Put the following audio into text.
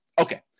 Okay